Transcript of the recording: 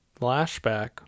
flashback